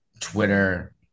Twitter